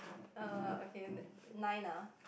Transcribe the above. err okay in the nine ah